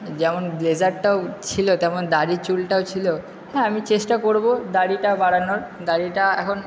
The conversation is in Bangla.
যেমন ব্লেজারটাও ছিলো তেমন দাড়ি চুলটাও ছিলো হ্যাঁ আমি চেষ্টা করবো দাড়িটা বাড়ানোর দাড়িটা এখন